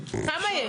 כאלה יש?